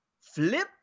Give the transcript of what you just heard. flip